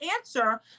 answer